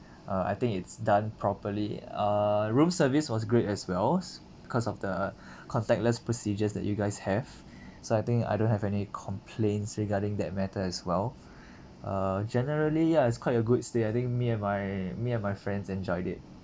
uh I think it's done properly err room service was great as wells because of the contactless procedures that you guys have so I think I don't have any complaints regarding that matter as well uh generally ya it's quite a good stay I think me and my me and my friends enjoyed it